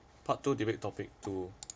part two debate topic two